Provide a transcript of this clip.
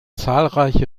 zahlreiche